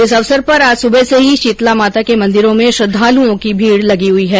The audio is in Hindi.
इस अवसर पर आज सुबह से ही शीतला माता के मंदिरों में श्रृद्धालुओं की भीड लगी हुई है